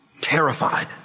terrified